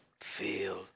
feel